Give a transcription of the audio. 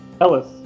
Ellis